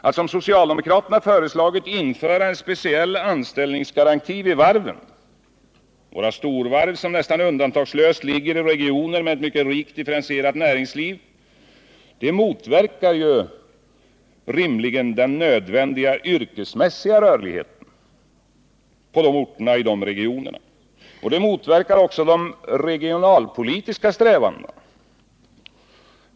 Att som socialdemokraterna föreslagit införa en speciell anställningsgaranti vid varven — våra storvarv ligger nästan undantagslöst i regioner med ett mycket rikt differentierat näringsliv — motverkar rimligen den nödvändiga yrkesmässiga rörligheten i berörda orter och regioner. Det motverkar också de regionalpolitiska strävandena.